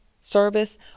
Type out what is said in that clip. service